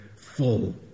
full